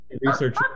research